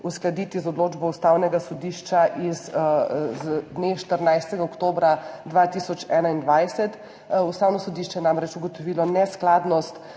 uskladiti z odločbo Ustavnega sodišča z dne 14. oktobra 2021. Ustavno sodišče je namreč ugotovilo neskladnost